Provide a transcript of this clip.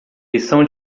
lição